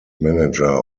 manager